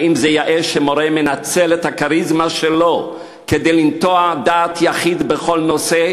האם זה יאה שמורה מנצל את הכריזמה שלו כדי לנטוע דעת יחיד בכל נושא,